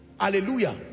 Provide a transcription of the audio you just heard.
Hallelujah